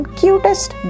cutest